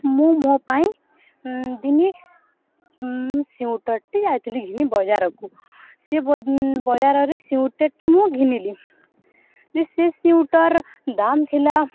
ମୁଁ ମୋ ପାଇଁ ଦିନେ ସ୍ ସିଉଟର୍ଟି ଯାଇଥିଲି ଘିନି ବଜାରକୁ ସେ ବଜାରରେ ସିଉଟର୍ଟି ମୁଁ ଘିନିଲି ଯେ ସେ ସିଉଟର୍ ଦାମ୍ ଥିଲା